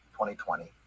2020